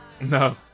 No